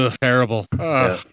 terrible